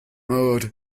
mode